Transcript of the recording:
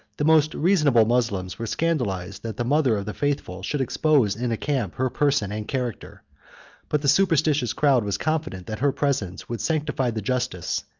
the most reasonable moslems were scandalized, that the mother of the faithful should expose in a camp her person and character but the superstitious crowd was confident that her presence would sanctify the justice,